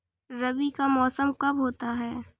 रबी का मौसम कब होता हैं?